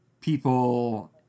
people